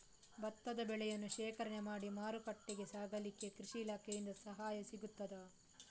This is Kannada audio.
ಭತ್ತದ ಬೆಳೆಯನ್ನು ಶೇಖರಣೆ ಮಾಡಿ ಮಾರುಕಟ್ಟೆಗೆ ಸಾಗಿಸಲಿಕ್ಕೆ ಕೃಷಿ ಇಲಾಖೆಯಿಂದ ಸಹಾಯ ಸಿಗುತ್ತದಾ?